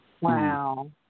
Wow